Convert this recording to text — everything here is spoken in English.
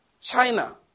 China